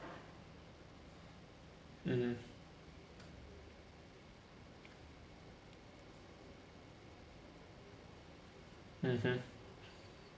mm mmhmm